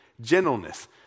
gentleness